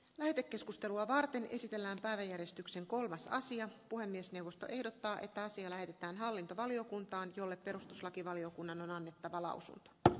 lähetekeskustelua varten esitellään päiväjärjestyksen kolmas asia puhemiesneuvosto ehdottaa että asia lähetetään hallintovaliokuntaan jolle perustuslakivaliokunnan on annettava lausunto tämän